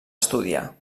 estudiar